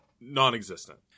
non-existent